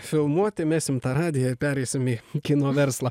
filmuoti mesim tą radiją pereisim į kino verslą